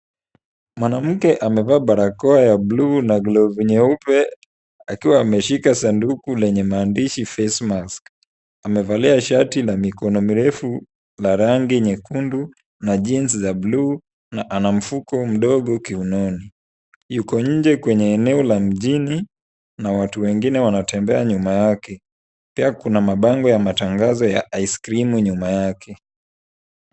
Mwanamke amevaa barakoa ya bluu na glovu nyeupe akiwa ameshika sanduku lenye maandishi face mask . Amevalia shati la mikono mirefu la rangi nyekundu na jeans za bluu na ana mfuko mdogo kiunoni. Yuko nje kwenye eneo la mjini na watu wengine wanatembea nyuma yake. Pia kuna mabango ya matangazo ya aiskrimu nyuma yake.